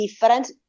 different